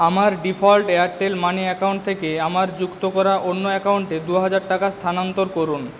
আমার default Airtel money account থেকে আমার যুক্ত করা অন্য অ্যাকাউন্টে দুহাজার টাকা স্থানান্তর করুন